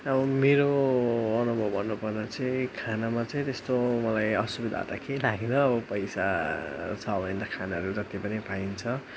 अब मेरो अनुभव भन्नुपर्दा चाहिँ खानामा चाहिँ त्यस्तो मलाई असुविधा त केही लागेन अब पैसा छ भने त खानाहरू जति पनि पाइन्छ